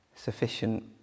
Sufficient